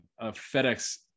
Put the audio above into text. fedex